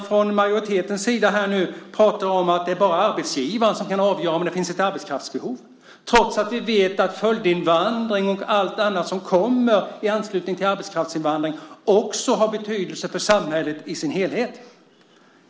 Från majoritetens sida pratar man om att det bara är arbetsgivaren som kan avgöra om det finns ett arbetskraftsbehov, trots att vi vet att följdinvandring och allt annat som kommer i anslutning till arbetskraftsinvandring också har betydelse för samhället i sin helhet.